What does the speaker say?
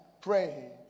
pray